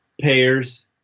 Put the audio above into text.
payers